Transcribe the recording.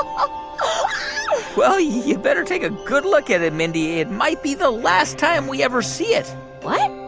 um well, you better take a good look at it, mindy. it might be the last time we ever see it what?